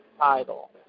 title